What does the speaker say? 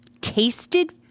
tasted